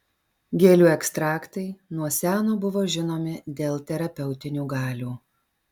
gėlių ekstraktai nuo seno buvo žinomi dėl terapeutinių galių